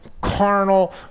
carnal